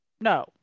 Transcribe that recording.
No